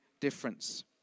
difference